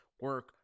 Work